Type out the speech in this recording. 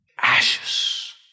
ashes